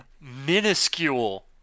minuscule